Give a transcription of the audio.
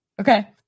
Okay